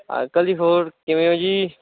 uncle ji ਹੋਰ ਕਿਵੇਂ ਹੋ ਜੀ